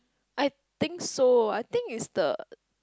I think so I think it's the